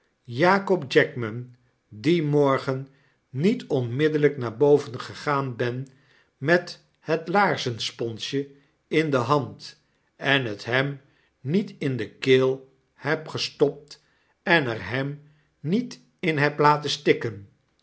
jakob jackman dien morgen niet onmiddellijk naar boven gegaan ben met het laarzensponsje in de hand en het hem niet in de keel heb gestopt en er hem niet in heb laten stikken